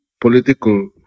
political